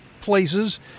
places